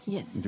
Yes